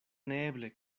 neeble